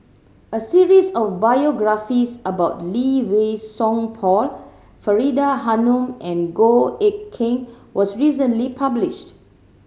a series of biographies about Lee Wei Song Paul Faridah Hanum and Goh Eck Kheng was recently published